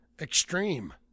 Extreme